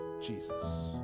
Jesus